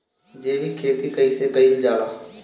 जैविक खेती कईसे कईल जाला?